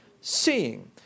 Seeing